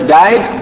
died